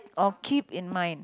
or keep in mind